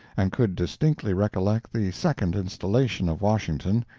and could distinctly recollect the second installation of washington,